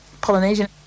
Polynesian